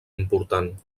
important